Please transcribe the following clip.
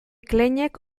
kleinek